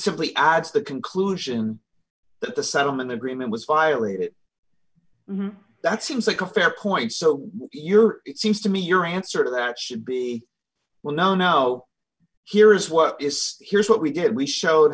simply adds the conclusion that the settlement agreement was violated that seems like a fair point so you're it seems to me your answer to that should be well no no here is what is here's what we did we showed